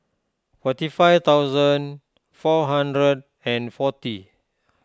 forty five thousand four hundred and forty